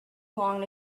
long